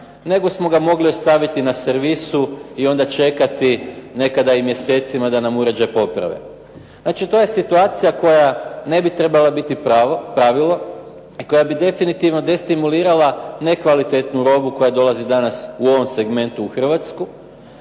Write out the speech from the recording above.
nego smo ga mogli ostaviti na servisu i onda čekati nekada i mjesecima da nam uređaj poprave. Znači to je situacija koja ne bi trebala biti pravilo i koja bi definitivno destimulirala nekvalitetnu robu koja dolazi danas u ovom segmentu u Hrvatsku.